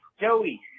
Joey